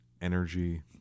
energy